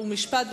חוק ומשפט.